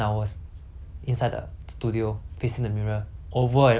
over and over and over and over and over again so